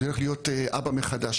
אני הולך להיות אבא מחדש.